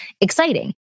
exciting